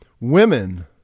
women